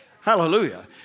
Hallelujah